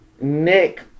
Nick